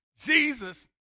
jesus